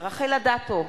רחל אדטו,